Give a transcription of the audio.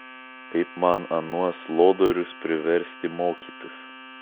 kaip man anuos lodorius priversti mokytis